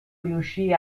riuscì